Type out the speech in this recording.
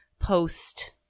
post